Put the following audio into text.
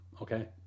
okay